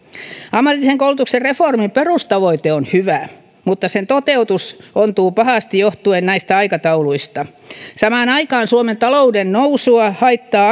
ammatillisen koulutuksen reformin perustavoite on hyvä mutta sen toteutus ontuu pahasti johtuen näistä aikatauluista samaan aikaan suomen talouden nousua haittaa